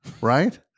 Right